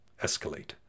escalate